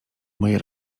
moje